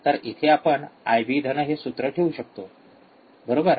तर इथे आपण आयबी धन IB हे सूत्र ठेवू शकतो बरोबर